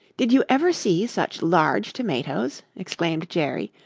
did you ever see such large tomatoes? exclaimed jerry,